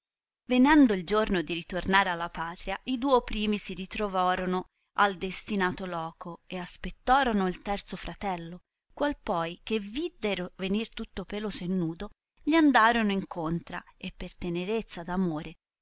venendo il giorno di ritornar alla patria i duo primi si ritrovorono al destinato loco ed aspettorono il terzo fratello qual poi che viddero venir tutto peloso e nudo gli andarono in contra e per tenerezza